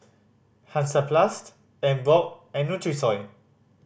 Hansaplast Emborg and Nutrisoy